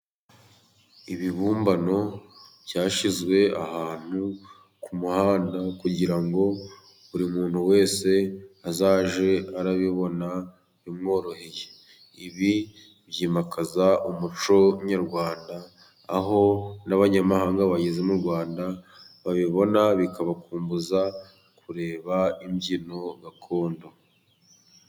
Ibibumbano byashyizwe ahantu ku muhanda kugira ngo buri muntu wese azajye arabibona bimworoheye. Ibi byimakaza umuco nyarwanda aho n'abanyamahanga bageze mu Rwanda babibona bikabakumbuza kureba imbyino gakondo.